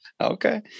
okay